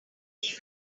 not